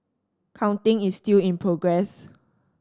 counting is still in progress